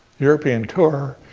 european tour,